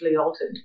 altered